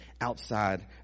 outside